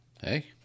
Hey